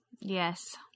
Yes